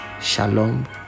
Shalom